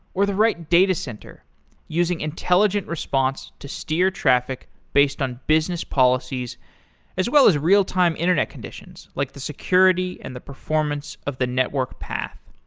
or the right datacenter using intelligent response to steer traffic based on business policies policies as well as real time internet conditions, like the security and the performance of the network path.